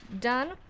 done